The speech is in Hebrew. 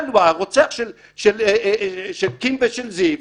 הרוצח של קים ושל זיו,